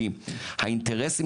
כי האינטרסים,